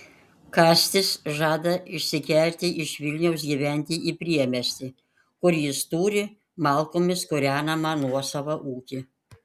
kastis žada išsikelti iš vilniaus gyventi į priemiestį kur jis turi malkomis kūrenamą nuosavą ūkį